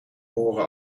behoren